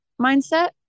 mindset